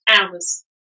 hours